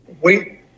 wait